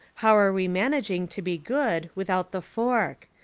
how are we managing to be good without the fork?